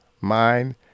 mind